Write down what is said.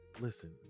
listen